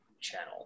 channel